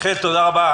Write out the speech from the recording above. יחיאל לסרי, תודה רבה.